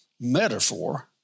metaphor